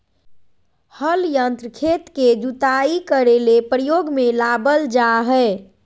हल यंत्र खेत के जुताई करे ले प्रयोग में लाबल जा हइ